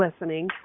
listening